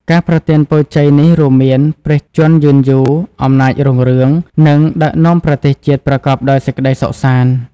ការប្រទានពរជ័យនេះរួមមាន ព្រះជន្មយឺនយូរ អំណាចរុងរឿង និងដឹកនាំប្រទេសជាតិប្រកបដោយសេចក្តីសុខសាន្ត។